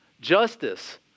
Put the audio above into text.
justice